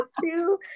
two